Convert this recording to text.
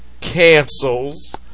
cancels